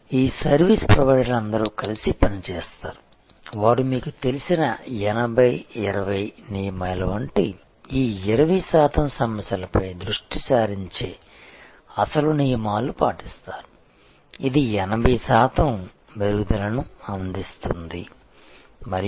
ఈ సర్వీసు ప్రొవైడర్లందరూ కలిసి పనిచేస్తారు వారు మీకు తెలిసిన 80 20 నియమాల వంటి 20 శాతం సమస్యలపై దృష్టి సారించే అసలు నియమాలను పాటిస్తారు ఇది 80 శాతం మెరుగుదలను అందిస్తుంది